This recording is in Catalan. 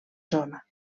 zona